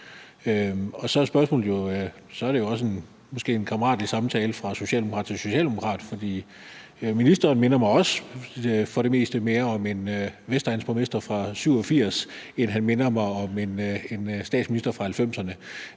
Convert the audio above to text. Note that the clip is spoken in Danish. Og så er spørgsmålet jo, om det så måske er en kammeratlig samtale fra socialdemokrat til socialdemokrat, man skal have. Ministeren minder mig for det meste også mere om en vestegnsborgmester fra 1987, end han minder mig om en statsminister fra 1990'erne,